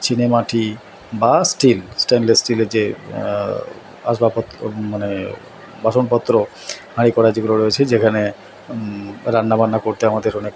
চীনেমাটি বা steel stainless স্টিলের যে আসবাবপত্র মানে বাসনপত্র হাঁড়ি কড়া যেগুলো রয়েছে যেখানে রান্না বান্না করতে আমাদের অনেক